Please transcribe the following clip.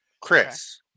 Chris